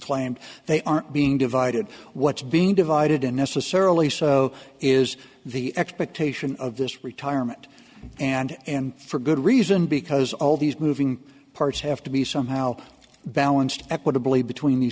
claimed they are being divided what's being divided unnecessarily so is the expectation of this retirement and and for good reason because all these moving parts have to be somehow balanced equitably between